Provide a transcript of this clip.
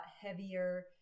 heavier